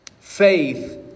Faith